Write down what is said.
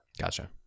gotcha